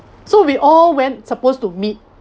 so we all went supposed to meet